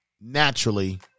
naturally